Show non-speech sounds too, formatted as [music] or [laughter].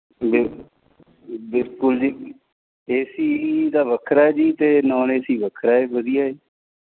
[unintelligible] ਬਿਲਕੁਲ ਜੀ ਏਸੀ ਦਾ ਵੱਖਰਾ ਹੈ ਜੀ ਅਤੇ ਨੋਨ ਏਸੀ ਵੱਖਰਾ ਹੈ ਵਧੀਆ ਹੈ